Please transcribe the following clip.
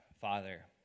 Father